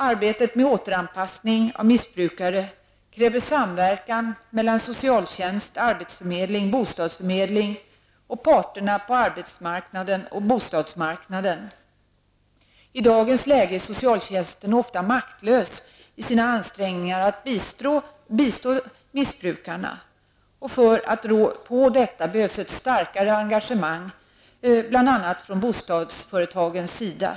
Arbetet med återanpassning av missbrukare kräver samverkan mellan socialtjänst, arbetsförmedling, bostadsförmedling och parterna på arbets och bostadsmarknaden. I dagens läge är socialtjänsten ofta maktlös i sina ansträngningar att bistå missbrukarna. För att rå på detta behövs dessutom ett starkare engagemang bl.a. från bostadsföretagens sida.